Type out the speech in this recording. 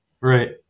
Right